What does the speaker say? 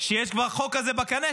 שיש כבר חוק כזה בקנה,